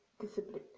discipline